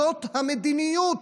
זאת המדיניות.